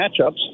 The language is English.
matchups